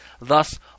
Thus